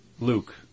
Luke